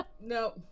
No